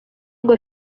ngo